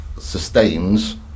sustains